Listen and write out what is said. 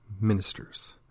ministers